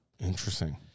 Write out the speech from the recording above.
Interesting